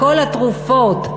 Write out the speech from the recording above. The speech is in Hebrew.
בכל התרופות.